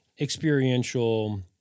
experiential